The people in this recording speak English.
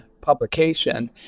publication